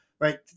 right